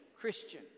Christian